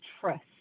trust